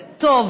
זה טוב